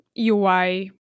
UI